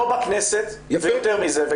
פה בכנסת, ויותר מזה --- יפה.